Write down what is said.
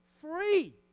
free